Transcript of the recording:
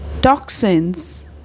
toxins